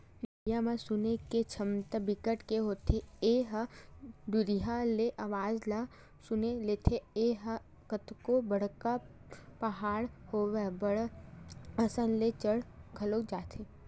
भेड़िया म सुने के छमता बिकट के होथे ए ह दुरिहा ले अवाज ल सुन लेथे, ए ह कतको बड़का पहाड़ होवय बड़ असानी ले चढ़ घलोक जाथे